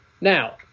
Now